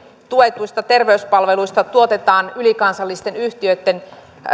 tuetuista terveyspalveluista tuotetaan ylikansallisten yhtiöitten